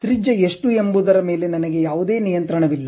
ತ್ರಿಜ್ಯ ಎಷ್ಟು ಎಂಬುದರ ಮೇಲೆ ನನಗೆ ಯಾವುದೇ ನಿಯಂತ್ರಣವಿಲ್ಲ